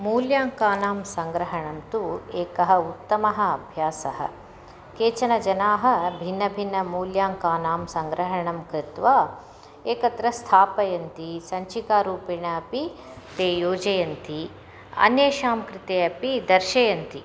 मूल्याङ्कानां सङ्ग्रहणं तु एकः उत्तमः अभ्यासः केचन जनाः भिन्नभिन्नमूल्याङ्कानां सङ्ग्रहणं कृत्वा एकत्र स्थापयन्ति सञ्चिकारूपेण अपि ते योजयन्ति अन्येषां कृते अपि दर्शयन्ति